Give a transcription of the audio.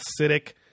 acidic